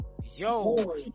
yo